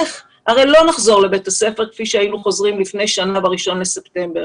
הרי לא נחזור לבית הספר כפי שהיינו חוזרים לפני שנה ב-1 בספטמבר.